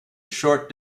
short